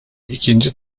ikinci